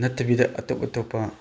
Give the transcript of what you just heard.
ꯅꯠꯇꯕꯤꯗ ꯑꯇꯣꯞ ꯑꯇꯣꯞꯄ